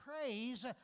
praise